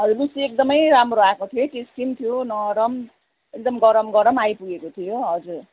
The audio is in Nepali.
हजुर लुची एकदमै राम्रो आएको टेस्टी पनि थियो नरम एकदम गरम गरम आइपुगेको थियो हजुर